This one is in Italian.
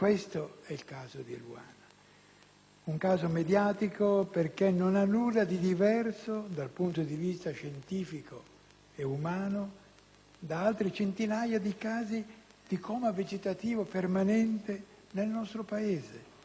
un caso mediatico, perché non ha nulla di diverso, dal punto di vista scientifico e umano, da altre centinaia di casi di coma vegetativo permanente nel nostro Paese, di cui nessuno si occupa.